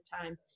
time